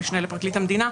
המשנה לפרקליט המדינה,